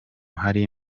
hari